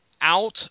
out